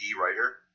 writer